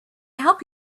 help